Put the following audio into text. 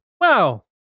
Wow